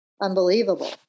unbelievable